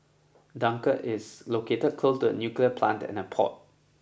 Dunkirk is located close to a nuclear plant and a port